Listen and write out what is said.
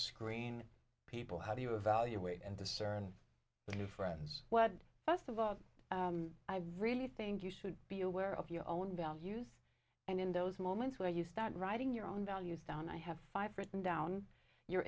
screen people how do you evaluate and discern the difference what first of all i really think you should be aware of your own values and in those moments where you start writing your own values down i have five written down your